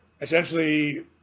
essentially